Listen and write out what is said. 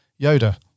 Yoda